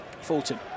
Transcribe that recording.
Fulton